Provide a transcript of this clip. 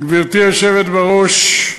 גברתי היושבת בראש,